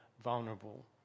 vulnerable